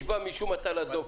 יש בה משום הטלת דופי.